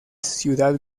ciudad